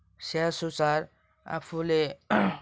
स्याहार सुसार आफूले